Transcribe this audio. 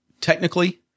technically